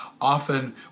often